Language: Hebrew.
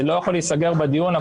זה לא להיסגר בדיון,